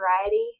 variety